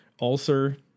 ulcer